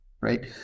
right